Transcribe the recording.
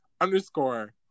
underscore